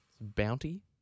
Bounty